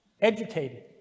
educated